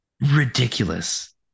ridiculous